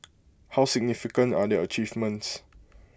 how significant are their achievements